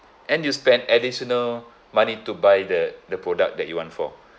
and you spend additional money to buy the the product that you want for